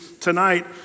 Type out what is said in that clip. tonight